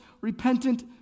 repentant